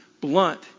blunt